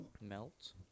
Melt